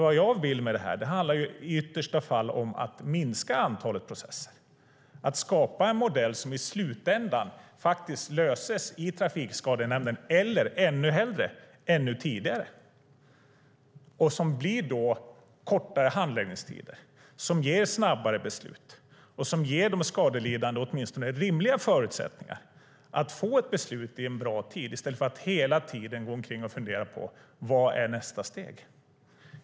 Det jag vill handlar i yttersta fall om att minska antalet processer, att skapa en modell som i slutändan faktiskt ger en lösning i Trafikskadenämnden eller hellre ännu tidigare och som ger kortare handläggningstider, som ger snabbare beslut och som ger de skadelidande åtminstone rimliga förutsättningar att få ett beslut i bra tid i stället för att de hela tiden ska gå omkring och fundera på vad som är nästa steg.